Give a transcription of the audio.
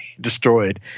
destroyed